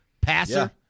passer